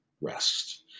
rest